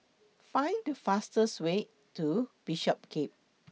Find The fastest Way to Bishopsgate